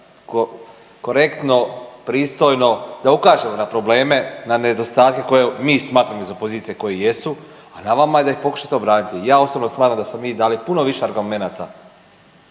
korektno, pristojno, da ukažemo na probleme, na nedostatke koje mi smatramo iz opozicije koji jesu, a na vama je da ih pokušate obraniti. Ja osobno smatram da smo mi dali puno više argumenata